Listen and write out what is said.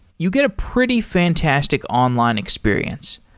you get a pretty fantastic online experience,